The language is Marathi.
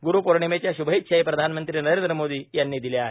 ग्रूपौर्णिमेच्या श्भेच्छाही प्रधानमंत्री नरेंद्र मोदी यांनी दिल्या आहेत